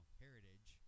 heritage